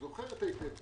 את זוכרת היטב.